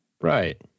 Right